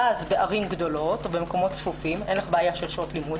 ובערים גדולות או במקומות צפופים אין לך בעיה של שעות לימוד.